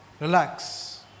Relax